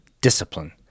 discipline